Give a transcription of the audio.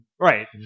right